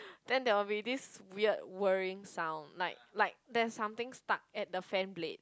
then there will be this weird worrying sound like like there's something stuck at the fan blade